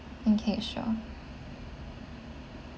okay sure